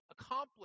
accomplish